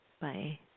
Bye